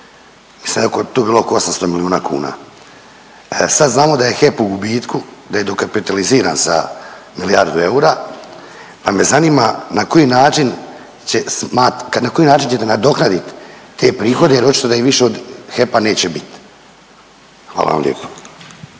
od HEP-a, to je bilo oko 800 milijuna kuna. sad znamo da je HEP u gubitku, da je dokapitaliziran sa milijardu eura pa me zanima na koji način ćete nadoknadit te prihode jer očito da ih više od HEP-a neće bit. Hvala vam lijepa.